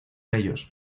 ellos